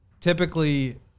typically